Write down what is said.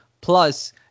Plus